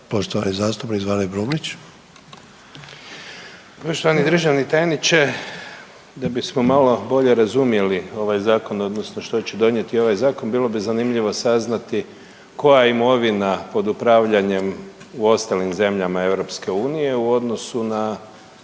Brumnić. **Brumnić, Zvane (SDP)** Poštovani državni tajniče. Da bismo malo bolje razumjeli ovaj zakon odnosno što će donijeti ovaj zakon bilo bi zanimljivo saznati koja je imovina pod upravljanjem u ostalim zemljama EU u odnosu na